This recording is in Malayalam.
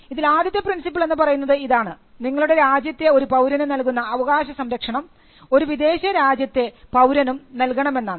ഇതിൽ ആദ്യത്തെ പ്രിൻസിപ്പിൾ എന്ന് പറയുന്നത് ഇതാണ് നിങ്ങളുടെ രാജ്യത്തെ ഒരു പൌരന് നൽകുന്ന അവകാശ സംരക്ഷണം ഒരു വിദേശ രാജ്യത്തെ പൌരനും നൽകണമെന്നാണ്